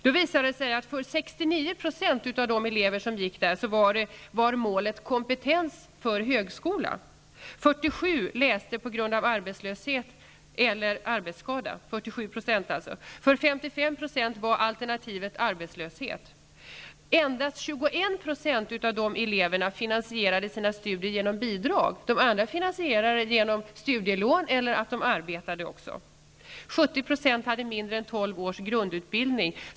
Det visade sig att för 69 % av de elever som gick på skolan var målet att få kompetens för högskoleutbildning. 47 % av eleverna studerade på grund av arbetslöshet eller arbetsskada. För 55 % var alternativet arbetslöshet. Endast 21 % av eleverna finansierade sina studier genom bidrag. De andra finansierade studierna genom studielån eller genom att också arbeta. 70 % av eleverna hade mindre än tolv års grundutbildning.